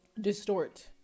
distort